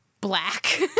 Black